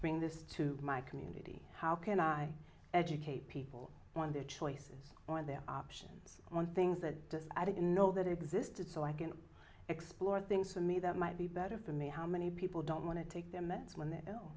bring this to my community how can i educate people on their choices or their options on things that i didn't know that existed so i can explore things for me that might be better for me how many people don't want to take their meds when they're